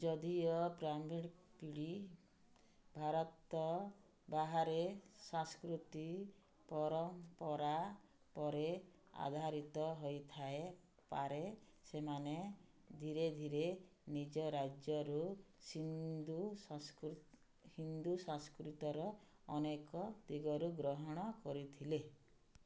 ଯଦିଓ ପ୍ରାରମ୍ଭିକ ପିଢ଼ି ଭାରତ ବାହାରେ ସାଂସ୍କୃତି ପରମ୍ପରା ଉପରେ ଆଧାରିତ ହୋଇଥାଏ ପାରେ ସେମାନେ ଧୀରେଧୀରେ ନିଜ ରାଜ୍ୟରୁ ସିନ୍ଦୁ ହିନ୍ଦୁ ସଂସ୍କୃତର ଅନେକ ଦିଗକୁ ଗ୍ରହଣ କରିଥିଲେ